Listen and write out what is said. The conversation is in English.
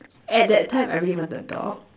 at that time I really wanted a dog